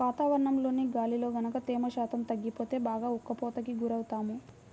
వాతావరణంలోని గాలిలో గనక తేమ శాతం తగ్గిపోతే బాగా ఉక్కపోతకి గురవుతాము